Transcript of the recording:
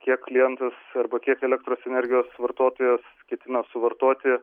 kiek klientas arba kiek elektros energijos vartotojas ketina suvartoti